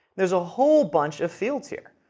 there's a whole bunch of fields here.